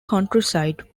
countryside